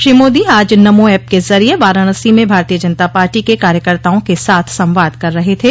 श्री मोदी आज नमो ऐप के जरिए वाराणसी में भारतीय जनता पार्टी के कार्यकर्ताओं के साथ संवाद कर रहे थे